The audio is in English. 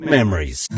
Memories